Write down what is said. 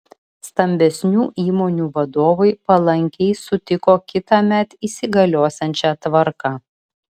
stambesnių įmonių vadovai palankiai sutiko kitąmet įsigaliosiančią tvarką